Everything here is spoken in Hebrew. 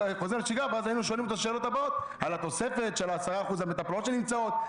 ואז היינו שואלים את השאלות הבאות על התוספת של 10% למטפלות שנמצאות,